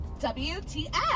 wtf